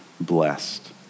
blessed